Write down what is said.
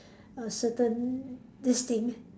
a certain this thing